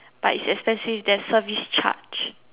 but it's expensive there is service charge